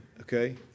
okay